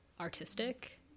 artistic